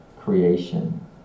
creation